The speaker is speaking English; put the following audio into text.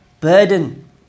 burden